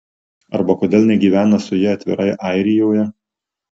arba kodėl negyvena su ja atvirai airijoje